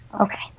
Okay